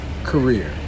career